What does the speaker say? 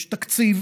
יש תקציב